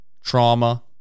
trauma-